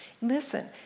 Listen